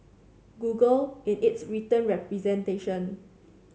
Google in its written representation